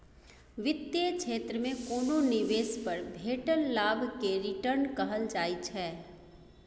बित्तीय क्षेत्र मे कोनो निबेश पर भेटल लाभ केँ रिटर्न कहल जाइ छै